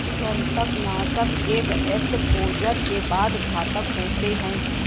कृंतकनाशक एक एक्सपोजर के बाद घातक होते हैं